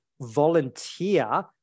volunteer